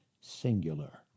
singular